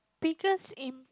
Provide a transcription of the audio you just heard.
biggest im~